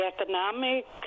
economic